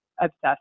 obsessed